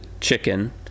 chicken